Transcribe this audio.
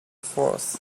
forth